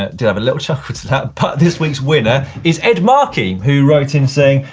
ah did have a little chuckle at that. but this week's winner is ed markey who wrote in saying,